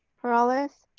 peralez,